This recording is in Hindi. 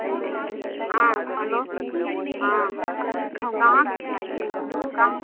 हाँ हेलो हाँ कहाँ कहाँ